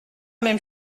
même